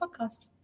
podcast